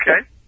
okay